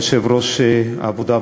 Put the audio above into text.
יושב-ראש ועדת העבודה,